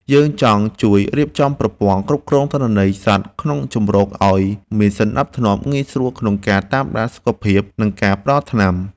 យើងចង់ជួយរៀបចំប្រព័ន្ធគ្រប់គ្រងទិន្នន័យសត្វក្នុងជម្រកឱ្យមានសណ្ដាប់ធ្នាប់ងាយស្រួលក្នុងការតាមដានសុខភាព និងការផ្ដល់ថ្នាំ។